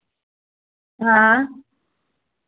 हां